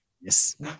yes